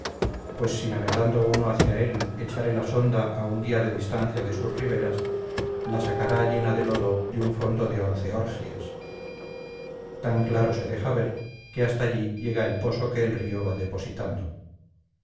pues si navegando uno hacia él echare la sonda a un día de distancia de sus riberas la sacará llena de lodo de un fondo de once orgias tan claro se deja ver que hasta allí llega el poso que el río va depositando